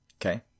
Okay